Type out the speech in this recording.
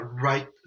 right